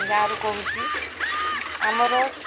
ଗାଁରୁ କହୁଛି ଆମର